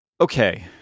Okay